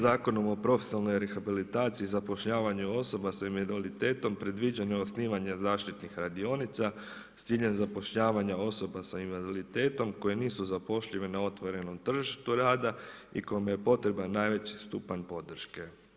Zakonom profesionalnoj rehabilitaciji zapošljavanju osoba s invaliditetom predviđeno je osnivanje zaštitnih radionica s ciljem zapošljavanja osoba s invaliditetom koje nisu zapošljive na otvorenom tržištu rada i kome je potreban najveći stupanj podrške.